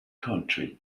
county